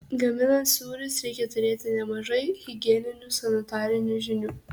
gaminant sūrius reikia turėti nemažai higieninių sanitarinių žinių